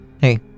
Hey